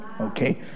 okay